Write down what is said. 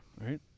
Right